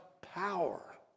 power